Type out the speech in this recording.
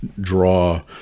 draw